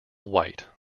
white